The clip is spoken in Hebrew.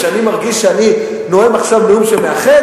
שאני מרגיש שאני נואם עכשיו נאום שמאחד?